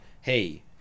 hey